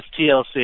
TLC